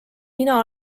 mina